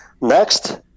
Next